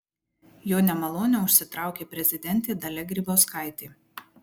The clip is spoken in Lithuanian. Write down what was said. jo nemalonę užsitraukė prezidentė dalia grybauskaitė